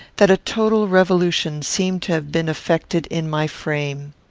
that a total revolution seemed to have been effected in my frame.